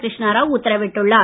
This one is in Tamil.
கிருஷ்ணா ராவ் உத்தரவிட்டுள்ளார்